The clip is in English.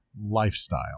lifestyle